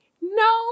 no